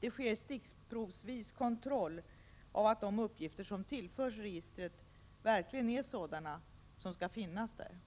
Det sker stickprovsvis kontroll av att de uppgifter som tillförts registret verkligen är sådana att de skall finnas där.